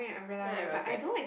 then I regret